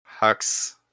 Hux